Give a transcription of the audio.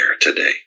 today